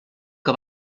que